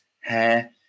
hair